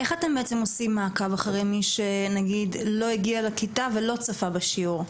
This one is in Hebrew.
איך אתם עושים מעקב אחרי מי שלא הגיע לכיתה ולא צפה בשיעור?